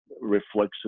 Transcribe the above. reflection